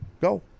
Go